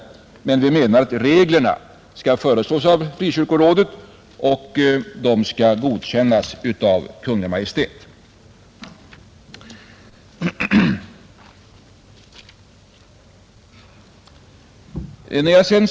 Men vi menar att reglerna skall föreslås av Frikyrkorådet och godkännas av Kungl. Maj:t.